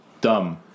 dumb